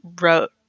wrote